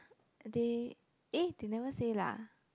they eh they never say lah